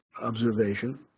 observation